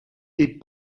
est